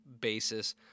basis